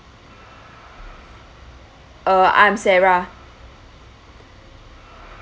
um I'm sarah